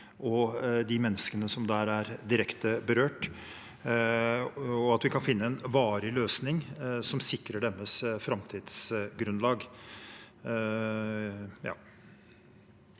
og de menneskene som der er direkte berørt, og at vi kan finne en varig løsning som sikrer deres framtidsgrunnlag.